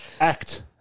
act